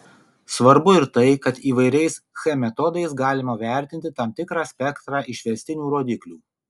svarbu ir tai kad įvairiais ch metodais galima vertinti tam tikrą spektrą išvestinių rodiklių